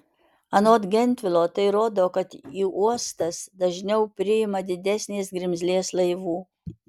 anot gentvilo tai rodo kad į uostas dažniau priima didesnės grimzlės laivų